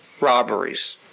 robberies